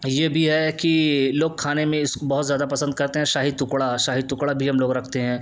یہ بھی ہے کہ لوگ کھانے میں بہت زیادہ پسند کرتے ہیں شاہی ٹکڑا شاہی ٹکڑا بھی ہم لوگ رکھتے ہیں